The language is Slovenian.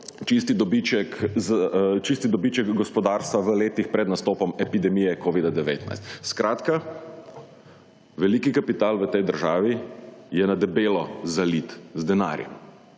čisti dobiček gospodarstva v letih pred nastopom epidemije Covia 19. Skratka, veliki kapital v tej državi je na debelo zalit z denarjem.